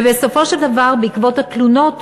ובסופו של דבר, בעקבות התלונות